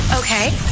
Okay